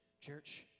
church